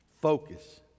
Focus